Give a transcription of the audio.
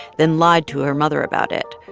then lied to her mother about it,